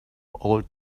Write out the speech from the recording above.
old